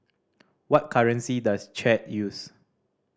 what currency does Chad use